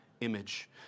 image